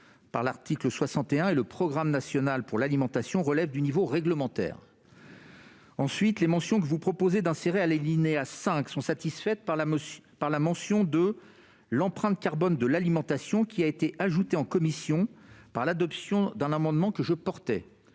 à l'article 61 et le programme national pour l'alimentation relèvent du niveau réglementaire. Ensuite, les ajouts que vous proposez d'insérer à l'alinéa 5 sont satisfaits par la mention de « l'empreinte carbone de l'alimentation », qui a été ajoutée en commission l'adoption d'un amendement que je défendais.